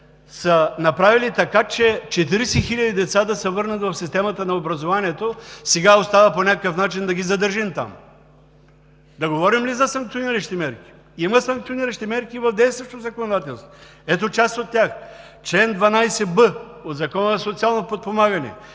са направили така, че 40 хиляди деца да се върнат в системата на образованието. Сега остава по някакъв начин да ги задържим там. Да говорим ли за санкциониращите мерки? Има санкциониращи мерки и в действащото законодателство. Ето част от тях: - чл. 12б от Закона за социално подпомагане: